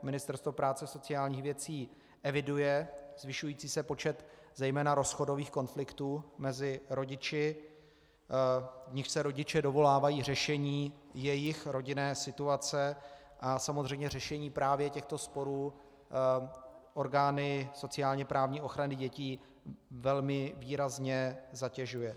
Ministerstvo práce a sociálních věcí eviduje zvyšující se počet zejména rozchodových konfliktů mezi rodiči, v nichž se rodiče dovolávají řešení jejich rodinné situace, a samozřejmě řešení právě těchto sporů orgány sociálněprávní ochrany dětí velmi výrazně zatěžuje.